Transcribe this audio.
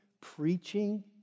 preaching